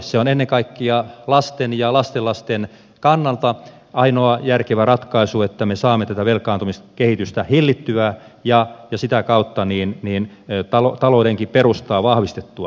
se on ennen kaikkea lasten ja lastenlasten kannalta ainoa järkevä ratkaisu että me saamme tätä velkaantumiskehitystä hillittyä ja sitä kautta taloudenkin perustaa vahvistettua